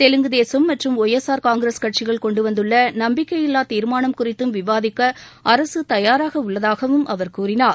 தெலுங்கு தேசம் மற்றும் Y S R Congress கட்சிகள் கொண்டுவந்துள்ள நம்பிக்கையில்லா தீர்மானம் குறித்தும் விவாதிக்க அரசு தயாராக உள்ளதாகவும் அவர் கூறினார்